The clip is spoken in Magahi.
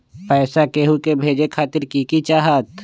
पैसा के हु के भेजे खातीर की की चाहत?